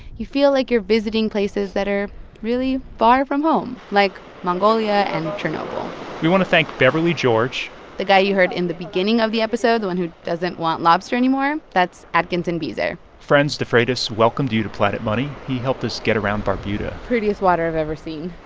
you feel like you're visiting places that are really far from home, like mongolia and chernobyl we want to thank beverly george the guy you heard in the beginning of the episode, the one who doesn't want lobster anymore that's atkinson beazer franz defreitas welcomed you to planet money. he helped us get around barbuda prettiest water i've ever seen.